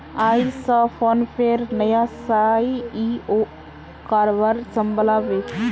आइज स फोनपेर नया सी.ई.ओ कारभार संभला बे